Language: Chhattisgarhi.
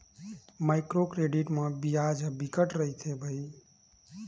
माइक्रो क्रेडिट म बियाज ह बिकट रहिथे भई